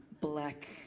black